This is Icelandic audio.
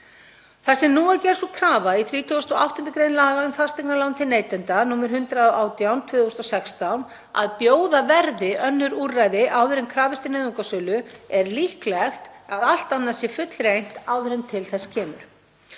Þar sem nú er gerð sú krafa í 38. gr. laga um fasteignalán til neytenda, nr. 118/2016, að bjóða verði önnur úrræði áður en krafist er nauðungarsölu er líklegt að allt annað sé fullreynt áður en til þess kemur.